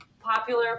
popular